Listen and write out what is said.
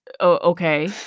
okay